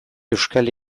euskal